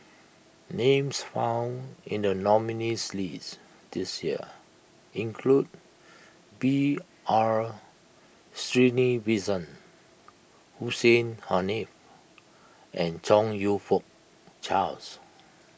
names found in the nominees' list this year include B R Sreenivasan Hussein Haniff and Chong You Fook Charles